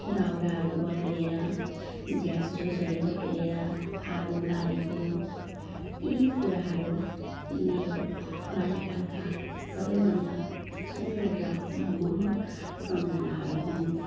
दाउराहरू बटुलेर झ्यासझुसहरू बटुलेर आगो बालेको यी कुराहरू मेरो बाल्यकालका सबैभन्दा सुन्दर र मनमोहक सम्झनाहरू हुन्